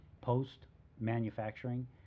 post-manufacturing